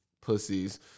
pussies